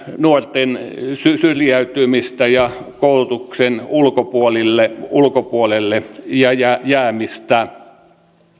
nuorten syrjäytymistä ja koulutuksen ulkopuolelle ulkopuolelle jäämistä